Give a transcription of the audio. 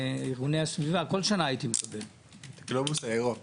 הייתי יושב-ראש הוועדה הזאת כמה שנים.